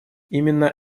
именно